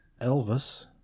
Elvis